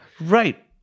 Right